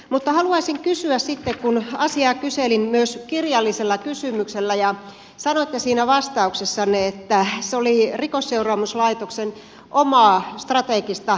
mutta haluaisin kysyä sitten kun asiaa kyselin myös kirjallisella kysymyksellä ja sanoitte siinä vastauksessanne että se oli rikosseuraamuslaitoksen omaa strategista visiointia